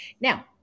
Now